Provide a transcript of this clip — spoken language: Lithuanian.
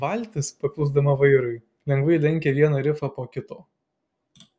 valtis paklusdama vairui lengvai lenkė vieną rifą po kito